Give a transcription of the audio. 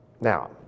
Now